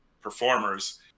performers